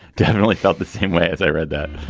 definitely felt the same way as i read that.